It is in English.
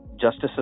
justice